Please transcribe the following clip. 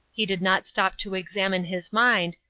he did not stop to examine his mind,